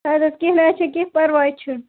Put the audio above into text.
اَدٕ حظ کیٚنٛہہ نہٕ حظ چھُنہٕ کیٚنٛہہ پَرواے چھُنہٕ